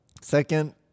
Second